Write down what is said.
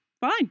fine